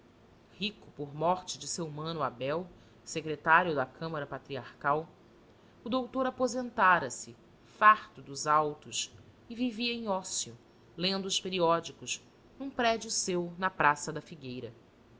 pico por morte de seu mano abel secretário da câmara patriarcal o doutor aposentara se farto dos autos e vivia em ócio lendo os periódicos num prédio seu na praça da figueira